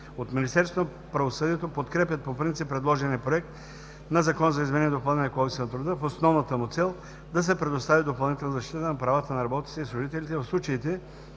подкрепят по принцип предложения проект на Закон за изменение и допълнение на Кодекса на труда, в основната му цел да се предостави допълнителна защита на правата на работниците и служителите в случаите,